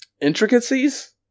intricacies